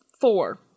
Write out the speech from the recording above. four